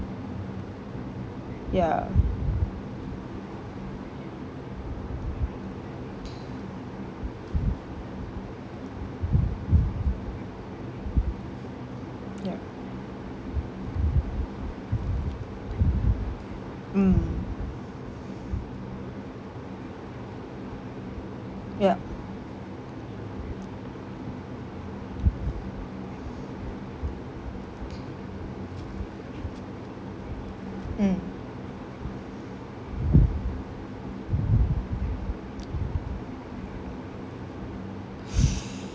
ya ya mm ya mm